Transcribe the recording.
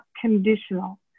conditional